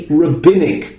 rabbinic